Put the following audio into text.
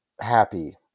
happy